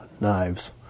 knives